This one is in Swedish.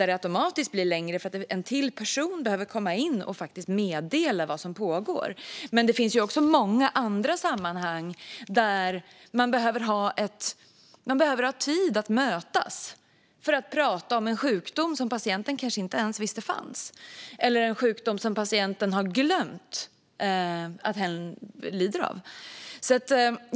Där blir mötet automatiskt längre därför att en till person behöver komma in och meddela vad som pågår. Men det finns många andra sammanhang där man behöver ha tid att mötas för att prata om en sjukdom som patienten kanske inte ens visste fanns eller en sjukdom som patienten har glömt att hen lider av.